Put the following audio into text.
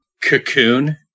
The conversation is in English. cocoon